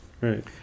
right